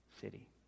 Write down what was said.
city